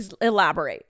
elaborate